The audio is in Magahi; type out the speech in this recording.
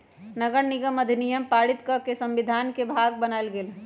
नगरनिगम अधिनियम पारित कऽ के संविधान के भाग बनायल गेल